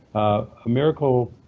a a miracle